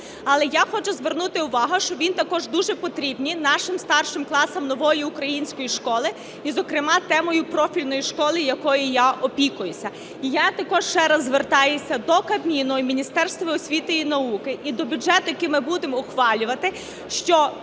Але я хочу звернути увагу, що він також дуже потрібний нашим старшим класам "Нової української школи", і зокрема темою профільної школи, якою я опікуюся. І я також ще раз звертаюся до Кабміну і Міністерства освіти і науки, і до бюджету, який ми будемо ухвалювати,